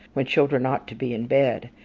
when children ought to be in bed,